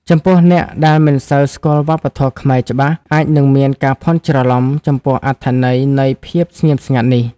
ចំពោះអ្នកដែលមិនសូវស្គាល់វប្បធម៌ខ្មែរច្បាស់ អាចនឹងមានការភ័ន្តច្រឡំចំពោះអត្ថន័យនៃភាពស្ងៀមស្ងាត់នេះ។